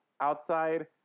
outside